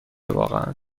واقعا